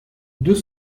deux